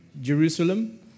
Jerusalem